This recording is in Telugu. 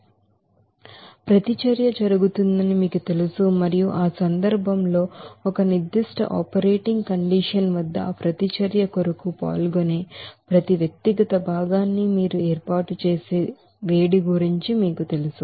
రియాక్షన్ప్రతిచర్య జరుగుతుందని మీకు తెలుసు మరియు ఆ సందర్భంలో ఒక నిర్ధిష్ట ఆపరేటింగ్ కండిషన్ వద్ద ఆ ప్రతిచర్య కొరకు పాల్గొనే ప్రతి వ్యక్తిగత భాగాన్ని మీరు ఏర్పాటు చేసే వేడిగురించి మీకు తెలుసు